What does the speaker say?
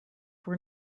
were